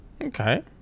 Okay